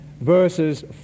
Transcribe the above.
verses